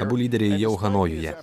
abu lyderiai jau hanojuje